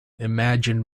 imagined